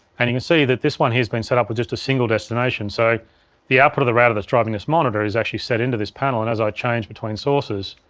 and you can see that this one here's been set up with just a single destination so the output of the router that's driving this monitor is actually set into this panel, and as i change between sources,